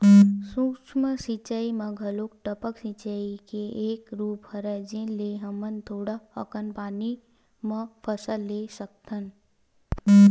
सूक्ष्म सिचई म घलोक टपक सिचई के एक रूप हरय जेन ले हमन थोड़ा अकन पानी म फसल ले सकथन